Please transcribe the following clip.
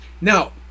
Now